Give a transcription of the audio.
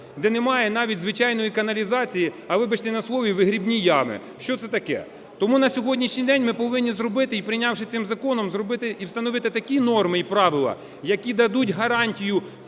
де немає навіть звичайної каналізації, а, вибачте на слові, вигрібні ями! Що це таке?! Тому на сьогоднішній день ми повинні зробити і, прийнявши, цим законом встановити такі норми і правила, які дадуть гарантію